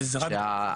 שמה?